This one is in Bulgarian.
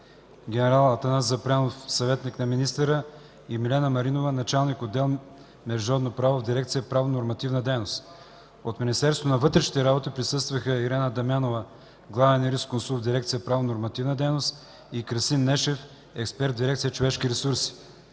ген. Атанас Запрянов – съветник на министъра, и Милена Маринова – началник-отдел „Международно право” в дирекция „Правно-нормативна дейност”. От Министерството на вътрешните работи присъстваха Ирена Дамянова – главен юрисконсулт в дирекция „Правно-нормативна дейност”, и Красин Нешев – експерт в дирекция „Човешки ресурси”.